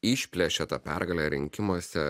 išplėšė tą pergalę rinkimuose